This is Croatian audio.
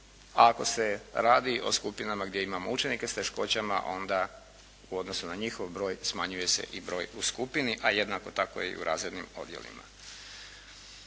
a ako se radi o skupinama gdje imamo učenike s teškoćama onda u odnosu na njihov broj smanjuje se i broj u skupini, a jednako tako i u razrednim odjelima.